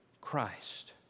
Christ